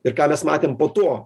ir ką mes matėme po to